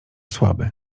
słaby